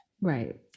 Right